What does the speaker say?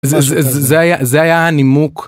זה, זה, זה, זה, זה היה הנימוק